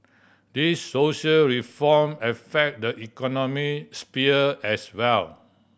these social reform affect the economic sphere as well